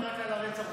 למה אתה מדבר רק